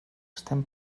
estem